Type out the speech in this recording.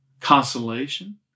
consolation